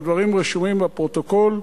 והדברים רשומים בפרוטוקול,